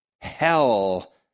hell